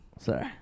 sorry